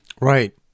Right